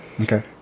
Okay